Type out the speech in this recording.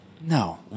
No